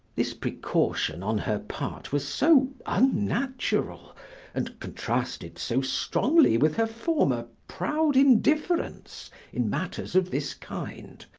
this precaution on her part was so unnatural and contrasted so strongly with her former proud indifference in matters of this kind,